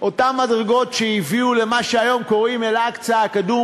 אותן מדרגות שהביאו למה שהיום קוראים "אל-אקצא הקדום",